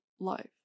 Life